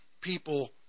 people